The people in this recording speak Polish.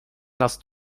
nas